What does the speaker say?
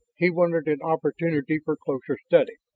he wanted an opportunity for closer study,